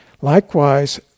Likewise